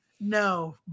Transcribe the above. no